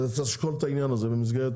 צריך לשקול את העניין הזה במסגרת